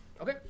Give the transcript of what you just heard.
okay